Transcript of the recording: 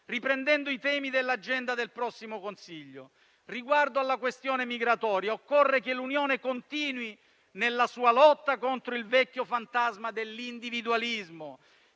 riprendendo i temi dell'agenda del prossimo Consiglio europeo, riguardo alla questione migratoria occorre che l'Unione continui nella sua lotta contro il vecchio fantasma dell'individualismo,